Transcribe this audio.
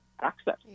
access